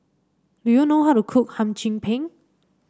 do you know how to cook Hum Chim Peng